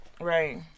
Right